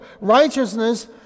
righteousness